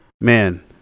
Man